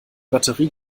batterie